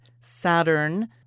Saturn